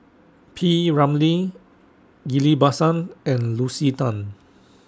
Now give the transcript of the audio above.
P Ramlee Ghillie BaSan and Lucy Tan